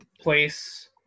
place